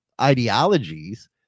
ideologies